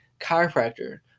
chiropractor